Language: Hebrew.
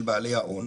של בעלי ההון,